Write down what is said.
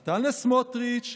נתן לסמוטריץ',